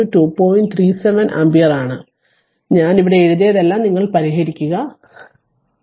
37 ampere ആണ് ഞാൻ ഇവിടെ എഴുതിയതെല്ലാം പരിഹരിക്കുക ദയവായി അത് പരിഹരിക്കുക